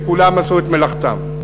וכולם עשו את מלאכתם.